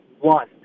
one